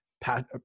Pat